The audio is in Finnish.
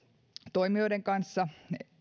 toimijoiden kanssa